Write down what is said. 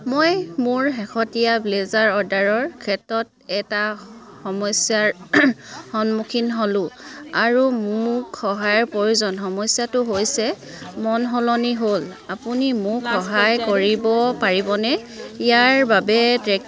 মই মোৰ শেহতীয়া ব্লেজাৰ অৰ্ডাৰৰ ক্ষেত্ৰত এটা সমস্যাৰ সন্মুখীন হ'লোঁ আৰু মোক সহায়ৰ প্ৰয়োজন সমস্যাটো হৈছে মন সলনি হ'ল আপুনি মোক সহায় কৰিব পাৰিবনে ইয়াৰ বাবে